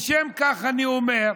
בשל כך אני אומר: